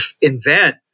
invent